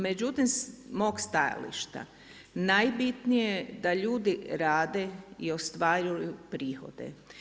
Međutim, s mog stajališta najbitnije da ljudi rade i ostvaruju prihode.